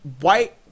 white